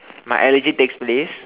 my allergy takes place